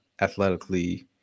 athletically